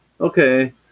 okay